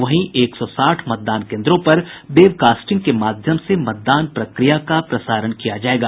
वहीं एक सौ साठ मतदान कोन्द्रों पर वेबकास्टिंग के माध्यम से मतदान प्रक्रिया का प्रसारण किया जायेगा